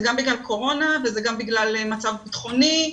זה גם בגלל קורונה וזה גם בגלל מצב ביטחוני,